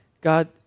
God